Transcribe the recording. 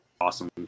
awesome